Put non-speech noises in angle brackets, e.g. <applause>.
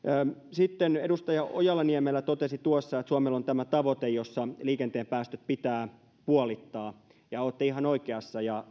edustaja ojala niemelä totesi tuossa että suomella on tavoite jossa liikenteen päästöt pitää puolittaa olette ihan oikeassa ja <unintelligible>